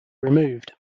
removed